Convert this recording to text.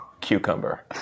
Cucumber